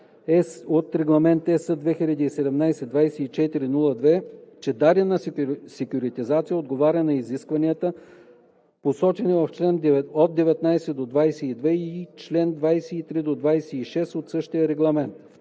от Регламент (ЕС) 2017/2402, че дадена секюритизация отговаря на изискванията, посочени в чл. 19 – 22 или чл. 23 – 26 от същия регламент;